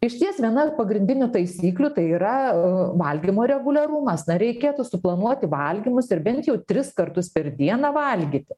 išties viena pagrindinių taisyklių tai yra valgymo reguliarumas na reikėtų suplanuoti valgymus ir bent jau tris kartus per dieną valgyti